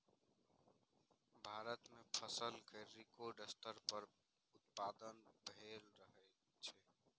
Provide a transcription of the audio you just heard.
भारत मे फसल केर रिकॉर्ड स्तर पर उत्पादन भए रहल छै